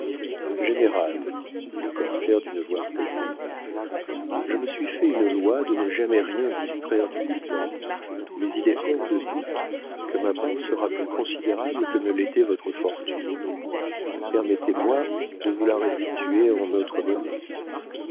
général dit le corsaire d'une voix profonde je me suis fait une loi de ne jamais rien distraire du butin mais il est hors de doute que ma part sera plus considérable que ne l'était votre fortune permettez-moi de vous la restituer en autre monnaie